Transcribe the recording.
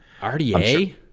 RDA